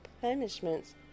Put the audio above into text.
punishments